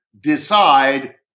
decide